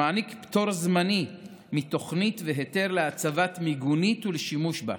המעניק פטור זמני מתוכנית והיתר להצבת מיגונית ולשימוש בה.